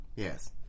Yes